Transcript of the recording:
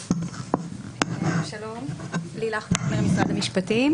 אני לילך וגנר, ממשרד המשפטים.